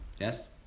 yes